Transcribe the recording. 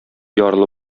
ярлы